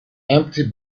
empty